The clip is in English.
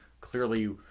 clearly